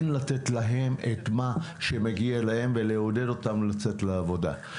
כן לתת להם את מה שמגיע להם ולעודד אותם לצאת לעבודה.